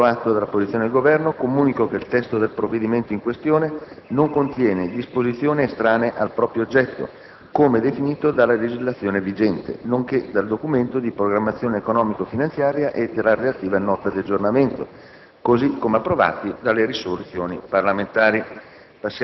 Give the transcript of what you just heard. preso atto della posizione del Governo, comunico che il testo del provvedimento in questione non contiene disposizioni estranee al proprio oggetto, come definito dalla legislazione vigente, nonché dal Documento di programmazione economico-finanziaria e dalla relativa Nota di aggiornamento, così come approvati dalle risoluzioni parlamentari.